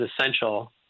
essential